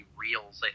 reels